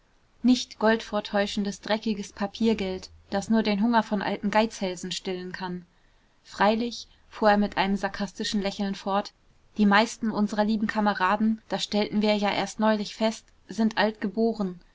nicht goldvortäuschendes dreckiges papiergeld das nur den hunger von alten geizhälsen stillen kann freilich fuhr er mit einem sarkastischen lächeln fort die meisten unserer lieben kameraden das stellten wir ja erst neulich fest sind alt geboren